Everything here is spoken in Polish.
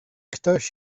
ktoś